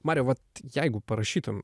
mariau vat jeigu parašytum